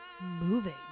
moving